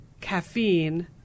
caffeine